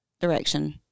direction